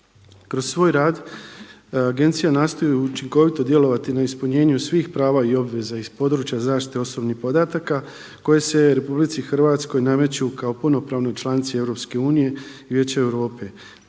Kroz svoj rad agencija nastoji učinkovito djelovati na ispunjenju svih prava i obveza iz područja zaštite osobnih podataka koje se Republici Hrvatskoj nameću kao punopravnoj članici EU i Vijeća Europe